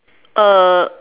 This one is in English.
uh